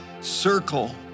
circle